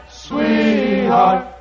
sweetheart